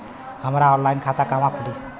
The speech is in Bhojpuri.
हमार ऑनलाइन खाता कहवा खुली?